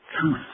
truth